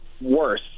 worse